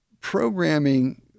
programming